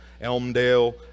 Elmdale